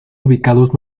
ubicados